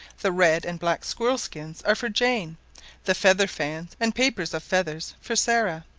the red and black squirrel-skins are for jane the feather fans, and papers of feathers, for sarah.